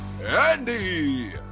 Andy